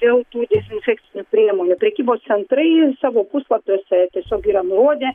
dėl tų dezinfekcinių priemonių prekybos centrai savo puslapiuose tiesiog yra nurodę